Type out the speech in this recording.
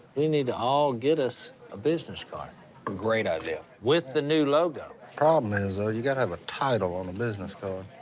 we need to all get us a business card. a great idea. with the new logo. problem is, though, you gotta have a title on a business card.